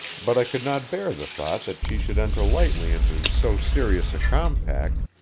but i could not bear the thought that she should enter lightly into so serious a compact,